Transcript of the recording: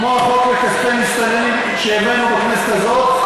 כמו החוק לגבי כספי מסתננים שהבאנו בכנסת הזאת,